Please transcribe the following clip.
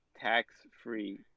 tax-free